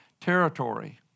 territory